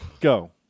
go